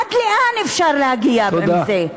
עד לאן אפשר להגיע עם זה?